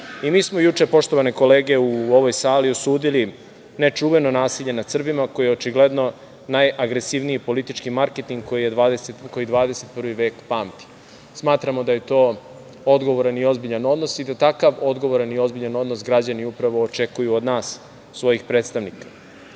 KiM.Mi smo juče, poštovane kolege, u ovoj sali osudili nečuveno nasilje nad Srbima koje je očigledno najagresivniji politički marketing koji 21. vek pamti. Smatramo da je to odgovoran i ozbiljan odnos i da takav odgovoran i ozbiljan odnos građani upravo očekuju od nas, svojih predstavnika. Kurti